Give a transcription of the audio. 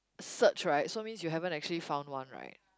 search right so means you haven't actually found one right